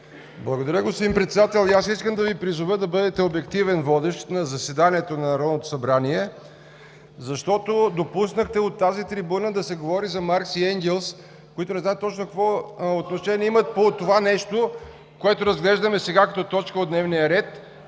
Благодаря, господин Председател. И аз искам да Ви призова да бъдете обективен водещ на заседанието на Народното събрание, защото допуснахте от тази трибуна да се говори за Маркс и Енгелс, които не зная точно какво отношение имат по това нещо, което разглеждаме сега като точка от дневния ред.